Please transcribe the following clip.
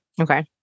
Okay